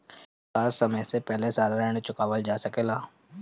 का समय से पहले सारा ऋण चुकावल जा सकेला?